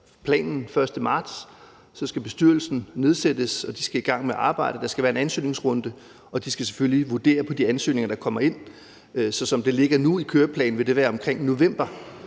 den 1. marts. Så skal bestyrelsen nedsættes, og de skal i gang med at arbejde; der skal være en ansøgningsrunde, og de skal selvfølgelig vurdere de ansøgninger, der kommer ind. Så sådan som det ligger nu i køreplanen, vil det være omkring november.